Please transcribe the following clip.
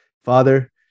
Father